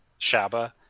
Shaba